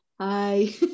Hi